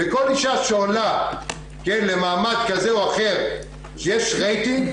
וכל אשה שעולה למעמד כזה או אחר יש רייטינג,